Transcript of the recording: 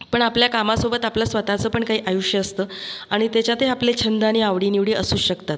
पण आपल्या कामासोबत आपलं स्वतःचं पण काही आयुष्य असतं आणि त्याच्यातही आपले छंद आणि आवडीनिवडी असू शकतात